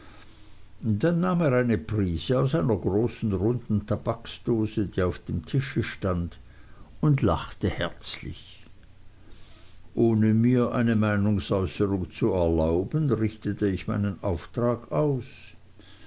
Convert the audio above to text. dann nahm er eine prise aus einer großen runden tabaksdose die auf dem tische stand und lachte herzlich ohne mir eine meinungsäußerung zu erlauben richtete ich meinen auftrag aus